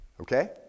Okay